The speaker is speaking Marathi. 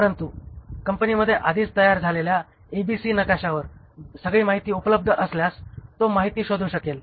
परंतु कंपनीमध्ये आधीच तयार झालेल्या एबीसी नकाशावर सगळी माहिती उपलब्ध असल्यास तो माहिती शोधू शकेल